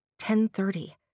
10.30